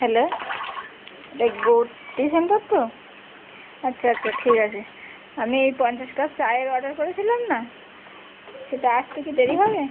hello the good tea centre তো আচ্ছা আচ্ছা ঠিক আছে আমি এই পঞ্চাশ কাপ চায়ের অর্ডার করেছিলাম না সেটা আসতে কি দেরি হবে